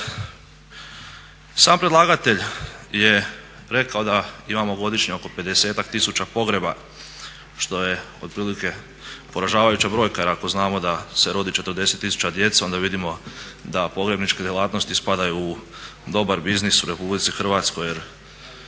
Sam predlagatelj je rekao da imamo godišnje oko 50 tak tisuća pogreba što je otprilike poražavajuća brojka, jer ako znamo da se rodi 40 tisuća djece onda vidimo da pogrebničke djelatnosti spadaju u dobar biznis u RH jer svake